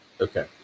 Okay